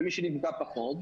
ומי שנפגע פחות,